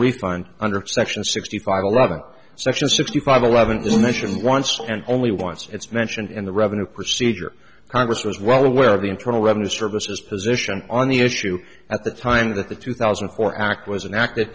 refund under section sixty five or rather section sixty five eleventh commission once and only once it's mentioned in the revenue procedure congress was well aware of the internal revenue service has position on the issue at the time that the two thousand and four act was enact